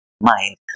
mind